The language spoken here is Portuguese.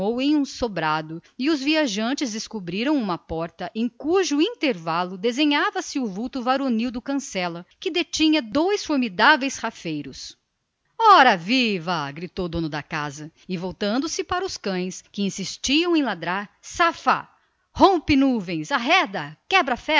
sobrado e os viajantes descobriram uma porta em cujo esvazamento se desenhara o vulto varonil do cancela que detinha dois formidáveis rafeiros ora viva gritou o dono da casa e voltando-se para os cães que insistiam em ladrar safa rompe nuvens arreda quebra ferros